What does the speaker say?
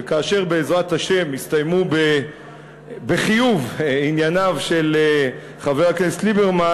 וכאשר בעזרת השם יסתיימו בחיוב ענייניו של חבר הכנסת ליברמן,